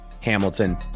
Hamilton